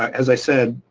as i said,